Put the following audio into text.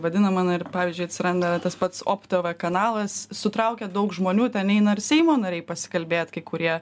vadinama na ir pavyzdžiui atsiranda tas pats op tv kanalas sutraukia daug žmonių ten eina ir seimo nariai pasikalbėt kai kurie